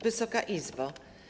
Wysoka Izbo!